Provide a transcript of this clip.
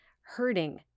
hurting